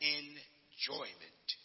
enjoyment